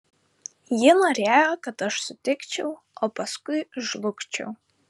ji norėjo kad aš sutikčiau o paskui žlugčiau